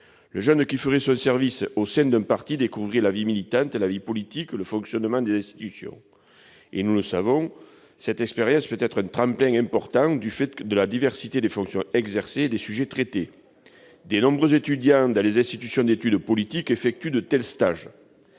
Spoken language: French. Le jeune qui ferait son service civique au sein d'un parti découvrirait la vie militante, la vie politique et le fonctionnement des institutions. Et, nous le savons, cette expérience peut être un tremplin important, du fait de la diversité des fonctions exercées et des sujets traités. De nombreux étudiants dans les instituts d'études politiques, les IEP, effectuent de tels stages.